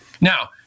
Now